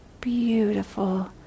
beautiful